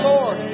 Lord